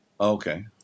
Okay